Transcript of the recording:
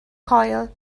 coil